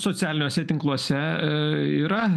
socialiniuose tinkluose yra